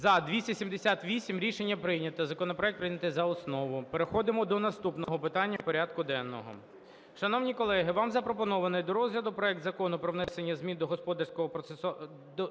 За-278 Рішення прийнято. Законопроект прийнятий за основу. Переходимо до наступного питання порядку денного.